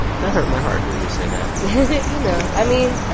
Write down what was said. that hurt my heart hearing you say that you know i mean,